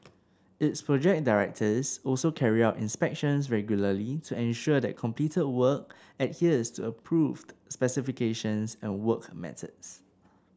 its project directors also carry out inspections regularly to ensure that completed work adheres to approved specifications and work methods